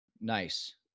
Nice